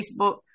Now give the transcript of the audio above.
Facebook